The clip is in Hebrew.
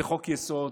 זה חוק-יסוד,